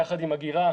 יחד עם אגירה.